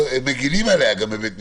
הם גם מגנים עליה בבית המשפט,